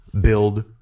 Build